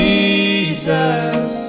Jesus